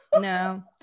no